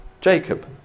Jacob